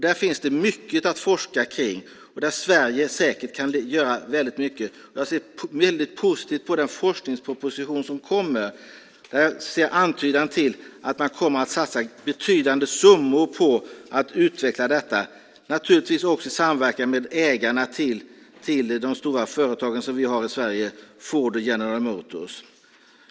Där finns det mycket att forska kring, och där kan Sverige säkert göra väldigt mycket. Jag ser väldigt positivt på den forskningsproposition som ska komma. Jag ser en antydan till att man kommer att satsa betydande summor på att utveckla detta, naturligtvis också i samverkan med ägarna till de stora företagen som vi har i Sverige - Ford och General Motors.